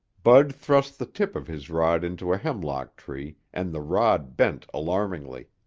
bud thrust the tip of his rod into a hemlock tree and the rod bent alarmingly.